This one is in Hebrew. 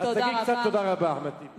אז תגיד קצת תודה רבה, אחמד טיבי.